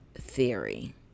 theory